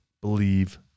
believe